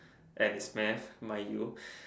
at it's mass mind you